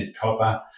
copper